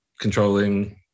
controlling